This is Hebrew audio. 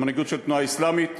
או מנהיגות של התנועה האסלאמית,